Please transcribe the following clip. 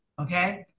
okay